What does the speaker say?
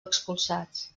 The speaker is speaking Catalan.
expulsats